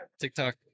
TikTok